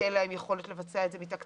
כי אין להם יכולת לבצע את זה מתקציבם.